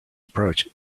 approach